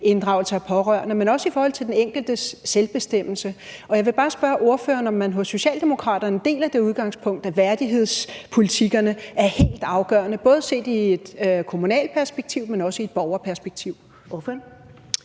inddragelse af pårørende, men også i forhold til den enkeltes selvbestemmelse. Og jeg vil bare spørge ordføreren, om man hos Socialdemokraterne deler det udgangspunkt, at værdighedspolitikkerne er helt afgørende både i kommunalt perspektiv, men også i et borgerperspektiv? Kl.